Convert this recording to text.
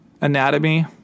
anatomy